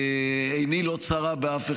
עיני לא צרה באף אחד,